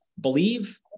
Believe